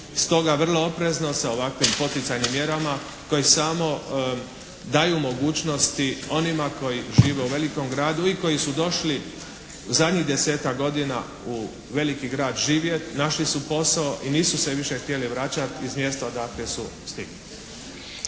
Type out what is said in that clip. Stoga vrlo oprezno sa ovakvim poticajnim mjerama koje samo daju mogućnosti onima koji žive u velikom gradu i koji su došli zadnjih 10-tak godina u veliki grad živjeti, našli su posao i nisu se više htjeli vraćati iz mjesta odakle su stigli.